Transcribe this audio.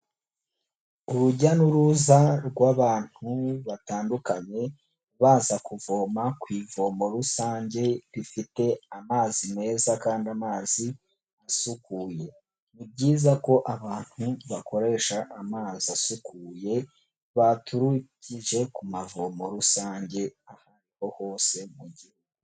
Urujya n'uruza rw'abantu batandukanye, baza kuvoma ku ivomo rusange rifite amazi meza kandi amazi asukuye, ni byiza ko abantu bakoresha amazi asukuye, baturujkie ku mavomo rusange aho ariho hose mu gihugu.